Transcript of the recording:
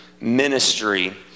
ministry